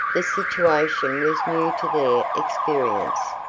the situation was new to their experience,